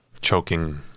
choking